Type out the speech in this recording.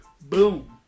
Boom